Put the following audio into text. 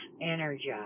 energized